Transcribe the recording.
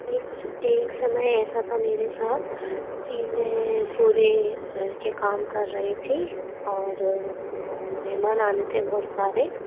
x एक समय ऐसा था मेरे साथ कि में पूरे घर के काम कर रही थी और मेहमान आने थे बहुत सारे